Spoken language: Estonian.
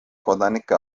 kodanike